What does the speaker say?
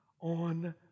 on